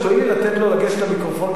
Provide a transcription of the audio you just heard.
תואילי לתת לו לגשת למיקרופון,